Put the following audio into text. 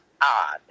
odd